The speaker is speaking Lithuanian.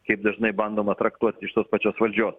kaip dažnai bandoma traktuot iš tos pačios valdžios